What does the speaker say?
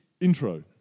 Intro